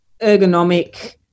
ergonomic